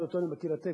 שאותו אני מכיר היטב,